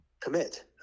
commit